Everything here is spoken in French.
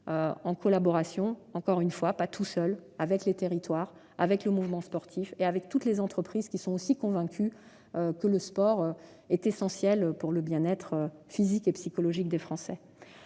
en collaboration, encore une fois, avec les territoires, les mouvements sportifs et toutes les entreprises, qui sont aussi convaincues que le sport est essentiel au bien-être physique et psychologique des Français.